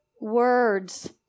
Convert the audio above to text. Words